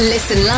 Listen